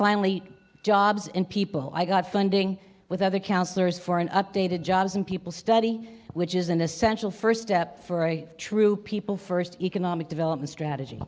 finally jobs and people i got funding with other counsellors for an updated jobs and people study which is an essential first step for a true people first economic development strategy